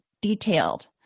detailed